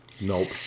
Nope